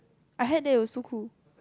I had that it was so cool